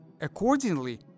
Accordingly